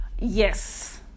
yes